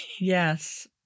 Yes